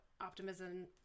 optimism